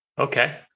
Okay